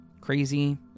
Crazy